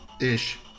Ish